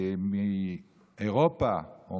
אז